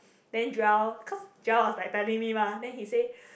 then Joel because Joel was like telling me mah then he said